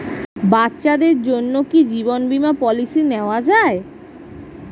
বাচ্চাদের জন্য কি জীবন বীমা পলিসি নেওয়া যায়?